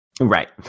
Right